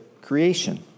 creation